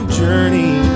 journey